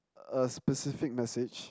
a specific message